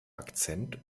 akzent